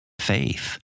faith